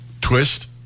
twist